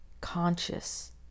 conscious